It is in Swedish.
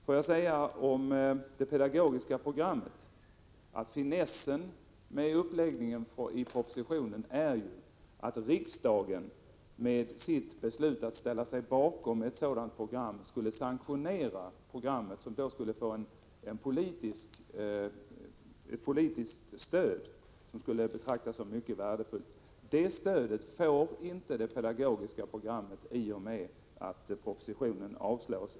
Låt mig om det pedagogiska programmet säga att finessen med uppläggningen i propositionen är att riksdagen med sitt beslut att ställa sig bakom ett sådant program skulle sanktionera programmet, som då skulle få ett politiskt stöd som skulle betraktas som mycket värdefullt. Det stödet får enligt min uppfattning inte det pedagogiska programmet i och med att propositionen avslås.